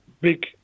big